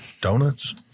donuts